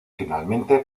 finalmente